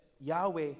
Yahweh